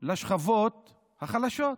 לשכבות החלשות,